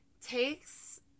takes